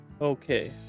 Okay